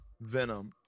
Venom